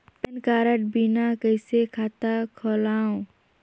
Pan card बिना कइसे खाता खोलव?